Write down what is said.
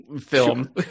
Film